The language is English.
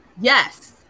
Yes